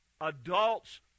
adults